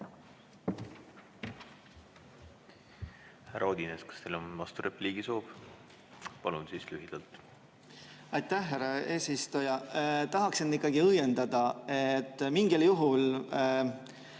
Odinets, kas teil on vasturepliigi soov? Palun siis lühidalt! Aitäh, härra eesistuja! Tahaksin ikkagi õiendada, et mingil juhul